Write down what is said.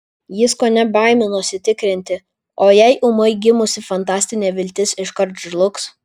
jis kone baiminosi tikrinti o jei ūmai gimusi fantastinė viltis iškart žlugs